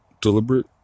deliberate